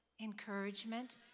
encouragement